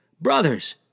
brothers